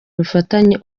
ubufatanye